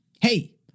hey